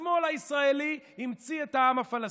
השמאל הישראלי המציא את העם הפלסטיני.